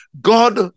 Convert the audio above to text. God